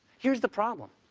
here's the problem.